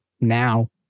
now